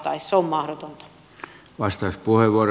se on mahdotonta